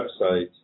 website